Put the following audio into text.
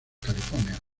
california